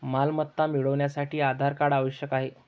मालमत्ता मिळवण्यासाठी आधार कार्ड आवश्यक आहे